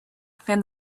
fan